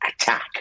attack